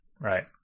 Right